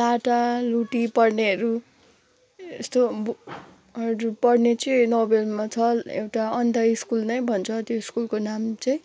लाटा लुटी पढ्नेहरू यस्तोहरू पढ्ने चाहिँ नौ माइलमा छ एउटा अन्धा स्कुल नै भन्छ त्यो स्कुलको नाम चाहिँ